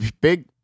big